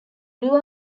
grew